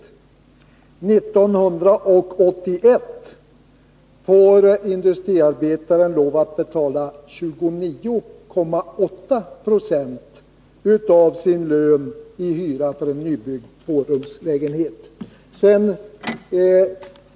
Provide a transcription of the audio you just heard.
År 1981 får industriarbetaren lov att betala 29,8 26 av sin lön i hyra för en nybyggd tvårumslägenhet.